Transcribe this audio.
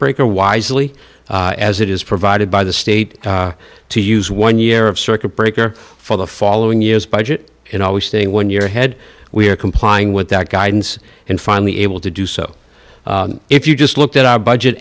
breaker wisely as it is provided by the state to use one year of circuit breaker for the following year's budget and always thing when you're ahead we are complying with that guidance and finally able to do so if you just looked at our budget